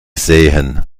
sehen